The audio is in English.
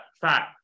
fact